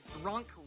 drunk